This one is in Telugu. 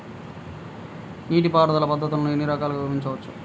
నీటిపారుదల పద్ధతులను ఎన్ని రకాలుగా విభజించవచ్చు?